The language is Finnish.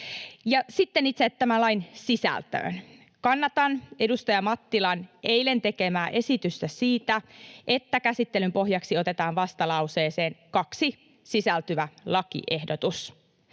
sitten itse tämän lain sisältöön. Kannatan edustaja Mattilan eilen tekemää esitystä siitä, että käsittelyn pohjaksi otetaan vastalauseeseen 2 sisältyvä lakiehdotus.